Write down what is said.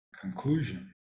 conclusion